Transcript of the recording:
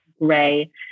gray